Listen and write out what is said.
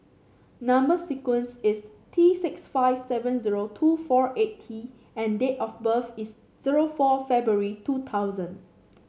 number sequence is T six five seven zero two four eight T and date of birth is zero four February two thousand